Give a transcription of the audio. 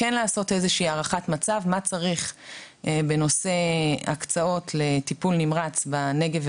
לעשות הערכת מצב מה צריך בנושא הקצאות לטיפול נמרץ בנגב,